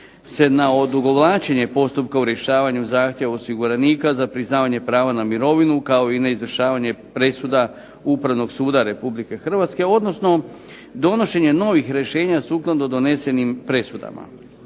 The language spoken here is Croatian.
se na odugovlačenje postupka u rješavanju zahtjeva osiguranika za priznavanje prava na mirovinu kao i neizvršavanje presuda Upravnog suda Republike Hrvatske, odnosno donošenje novih rješenja sukladno donesenim presudama.